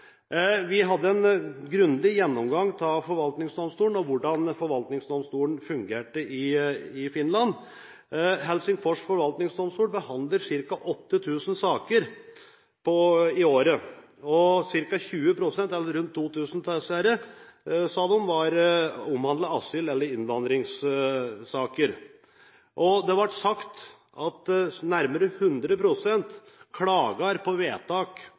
Vi hadde en grundig gjennomgang av forvaltningsdomstolen og hvordan forvaltningsdomstolen fungerte i Finland. Helsingfors förvaltningsdomstol behandler ca. 8 000 saker i året, og ca. 20 pst. – eller rundt 2 000 av disse – sa de, omhandlet asyl- eller innvandringssaker. Det ble sagt at nærmere 100 pst. klager på vedtak